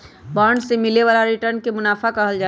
bond से मिले वाला रिटर्न के मुनाफा कहल जाहई